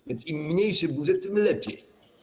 A więc im mniejszy budżet, tym lepiej.